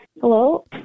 Hello